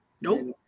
Nope